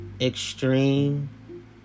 Extreme